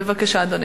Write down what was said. בבקשה, אדוני.